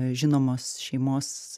žinomos šeimos